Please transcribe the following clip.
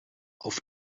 auf